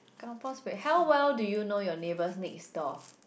kampung spirit how well do you know your neighbours next door